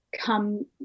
come